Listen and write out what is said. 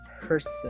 person